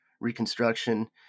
reconstruction